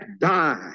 die